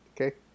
Okay